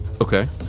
Okay